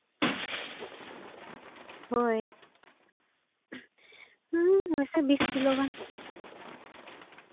ᱦᱳᱭ ᱱᱟᱥᱮ ᱵᱤᱥ ᱠᱤᱞᱳ ᱜᱟᱱ